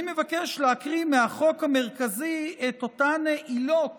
אני מבקש להקריא מהחוק המרכזי את אותן עילות